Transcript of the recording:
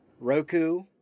Roku